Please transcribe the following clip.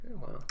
wow